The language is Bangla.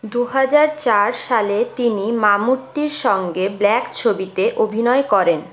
দু হাজার চার সালে তিনি মামুট্টির সঙ্গে ব্ল্যাক ছবিতে অভিনয় করেন